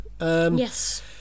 Yes